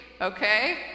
okay